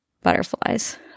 butterflies